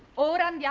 autumn yeah